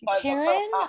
Karen